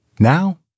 Now